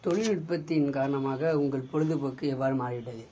தொழில் உற்பத்தியின் காரணமாக உங்கள் பொழுது போக்கு எவ்வாறு மாறுகிறது